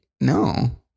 No